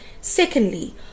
Secondly